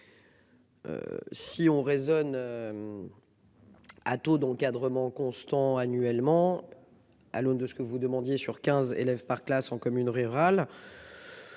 Si on raisonne. À taux d'encadrement constant annuellement. À l'aune de ce que vous demandiez sur 15 élèves par classe en commune rurale.